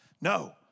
No